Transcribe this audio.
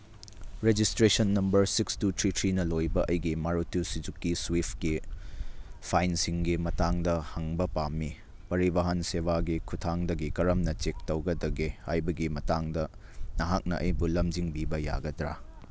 registration number six two three ꯊ꯭ꯔꯤꯅ ꯂꯣꯏꯕ ꯑꯩꯒꯤ ꯃꯥꯔꯨꯇꯤ ꯁꯨꯖꯨꯀꯤ ꯁ꯭ꯋꯤꯐꯀꯤ ꯐꯥꯏꯟꯁꯤꯡꯒꯤ ꯃꯇꯥꯡꯗ ꯍꯪꯕ ꯄꯥꯝꯃꯤ ꯄꯔꯤꯕꯥꯍꯟ ꯁꯦꯕꯥꯒꯤ ꯈꯨꯊꯥꯡꯗꯒꯤ ꯀꯔꯝꯅ ꯆꯦꯛ ꯇꯧꯒꯗꯒꯦ ꯍꯥꯏꯕꯒꯤ ꯃꯇꯥꯡꯗ ꯅꯍꯥꯛꯅ ꯑꯩꯕꯨ ꯂꯝꯖꯤꯡꯕꯤꯕ ꯌꯥꯒꯗ꯭ꯔ